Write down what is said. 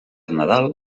nadal